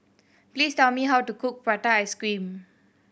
please tell me how to cook prata ice cream